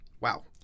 Wow